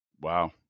wow